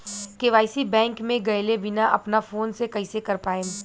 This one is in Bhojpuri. के.वाइ.सी बैंक मे गएले बिना अपना फोन से कइसे कर पाएम?